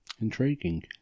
Intriguing